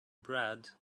brad